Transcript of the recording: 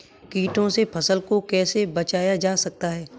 कीटों से फसल को कैसे बचाया जा सकता है?